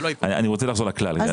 אני רוצה לחזור לכלל.